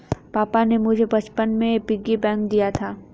पापा ने मुझे बचपन में पिग्गी बैंक दिया था